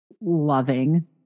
loving